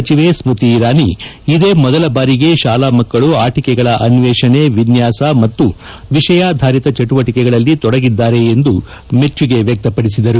ಸಚಿವೆ ಸ್ಟ್ರತಿ ಇರಾನಿ ಇದೇ ಮೊದಲ ಬಾರಿಗೆ ಶಾಲಾ ಮಕ್ಕಳು ಆಟಿಕೆಗಳ ಅನ್ವೇಷಣೆ ವಿನ್ಯಾಸ ಮತ್ತು ವಿಷಯಾಧರಿತ ಚಟುವಟಿಕೆಗಳಲ್ಲಿ ತೊಡಗಿದ್ದಾರೆ ಎಂದು ಮೆಚ್ಚುಗೆ ವ್ಯಕ್ತಪಡಿಸಿದರು